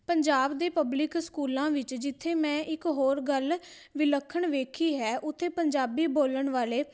ਪੰਜਾਬ ਦੇ ਪਬਲਿਕ ਸਕੂਲਾਂ ਵਿੱਚ ਜਿੱਥੇ ਮੈਂ ਇੱਕ ਹੋਰ ਗੱਲ ਵਿਲੱਖਣ ਵੇਖੀ ਹੈ ਉੱਥੇ ਪੰਜਾਬੀ ਬੋਲਣ ਵਾਲੇ